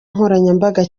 nkoranyambaga